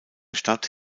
stadt